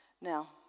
Now